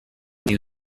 new